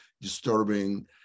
disturbing